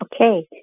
Okay